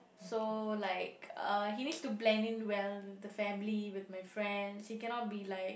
so like uh he needs to blend in well with the family with my friends he cannot be like